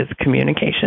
communication